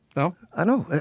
no, i know.